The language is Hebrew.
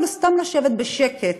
אפילו סתם לשבת בשקט,